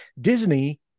Disney